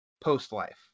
post-life